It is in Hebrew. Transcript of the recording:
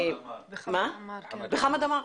וחמד עמאר.